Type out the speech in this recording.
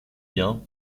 bien